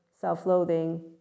self-loathing